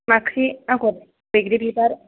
माख्रि आगर बैग्रि बिबार